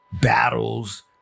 battles